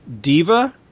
Diva